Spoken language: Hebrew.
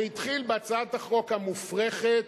זה התחיל בהצעת החוק המופרכת,